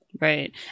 Right